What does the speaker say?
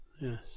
yes